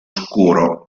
scuro